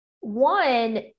one